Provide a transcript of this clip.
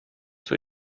zur